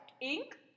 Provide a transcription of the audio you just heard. Ink